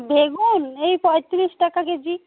বেগুন এই পঁয়ত্রিশ টাকা কেজি